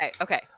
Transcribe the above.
okay